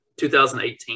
2018